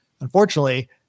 unfortunately